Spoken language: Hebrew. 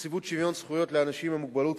נציבות שוויון זכויות לאנשים עם מוגבלות,